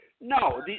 No